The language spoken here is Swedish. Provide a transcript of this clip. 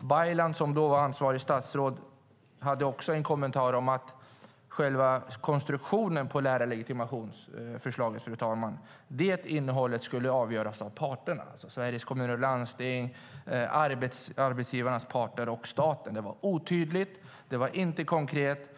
Baylan som då var ansvarigt statsråd hade en kommentar om att själva konstruktionen på lärarlegitimationsförslaget, det innehållet, skulle avgöras av parterna - Sveriges Kommuner och Landsting, arbetsgivarnas parter och staten. Det var otydligt och inte konkret.